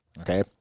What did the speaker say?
Okay